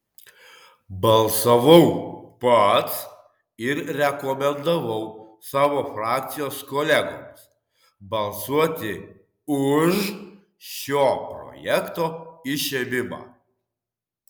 balsavau pats ir rekomendavau savo frakcijos kolegoms balsuoti už šio projekto išėmimą